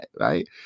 Right